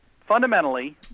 fundamentally